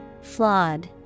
Flawed